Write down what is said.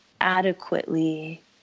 adequately